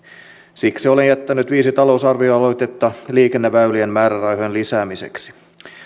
siksi olen jättänyt viisi talousarvioaloitetta liikenneväylien määrärahojen lisäämiseksi